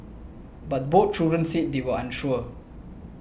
but both children said they were unsure